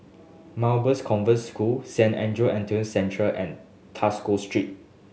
Convent School Saint Andrew Autism Centre and Tosca Street